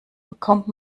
bekommt